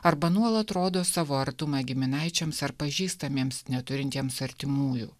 arba nuolat rodo savo artumą giminaičiams ar pažįstamiems neturintiems artimųjų